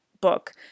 book